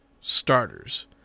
starters